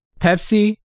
Pepsi